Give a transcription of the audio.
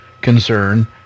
concern